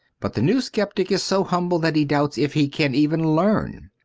but the new sceptic is so humble that he doubts if he can even learn.